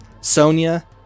Sonia